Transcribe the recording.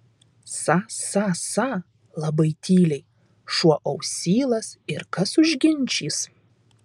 sa sa sa labai tyliai šuo ausylas ir kas užginčys